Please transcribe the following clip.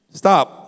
stop